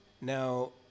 now